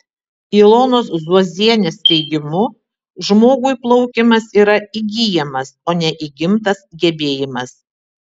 ilonos zuozienės teigimu žmogui plaukimas yra įgyjamas o ne įgimtas gebėjimas